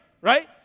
right